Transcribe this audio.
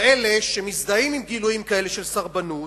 כאלה שמזדהים עם גילויים כאלה של סרבנות,